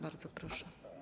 Bardzo proszę.